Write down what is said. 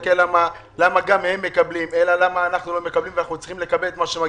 למה לעשות את זה הוראת שעה לשנתיים?